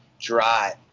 drive